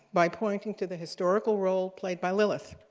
by pointing to the historical role played by lilith.